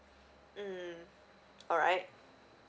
mm alright